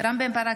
רם בן ברק,